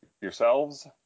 Yourselves